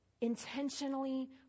intentionally